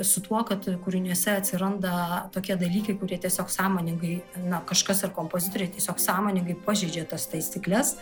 su tuo kad kūriniuose atsiranda tokie dalykai kurie tiesiog sąmoningai na kažkas ar kompozitoriai tiesiog sąmoningai pažeidžia tas taisykles